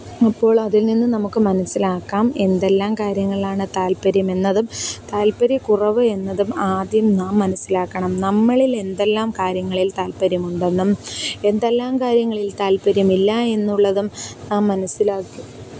അപ്പോളതില്നിന്ന് നമുക്ക് മനസിലാക്കാം എന്തെല്ലാം കാര്യങ്ങളാണ് താല്പ്പര്യമെന്നതും താല്പ്പര്യക്കുറവ് എന്നതും ആദ്യം നാം മനസ്സിലാക്കണം നമ്മളിലെന്തെല്ലാം കാര്യങ്ങളില് താല്പ്പര്യമുണ്ടെന്നും എന്തെല്ലാം കാര്യങ്ങളില് താല്പ്പര്യമില്ലായെന്നുള്ളതും നാം മനസ്സിലാക്കി